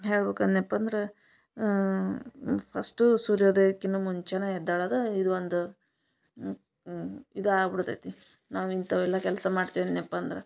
ಹೇಳ್ಬೇಕು ಅನ್ಯಪ್ಪ ಅಂದರಾ ಫಸ್ಟು ಸೂರ್ಯೋದಯಕ್ಕಿನ ಮುಂಚನೆ ಎದ್ದೇಳದ ಇದು ಒಂದು ಇದು ಆಗ್ಬುಡತೈತಿ ನಾವು ಇಂತವೆಲ್ಲ ಕೆಲಸ ಮಾಡ್ತೇವ್ನೆಪ್ಪ ಅಂದರ